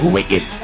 Wicked